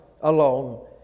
alone